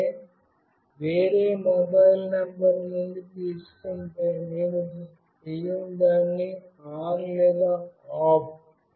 నేను వేరే mobile number నుండి తీసుకుంటే నేనుచేయను దాన్ని ఆన్ లేదా ఆఫ్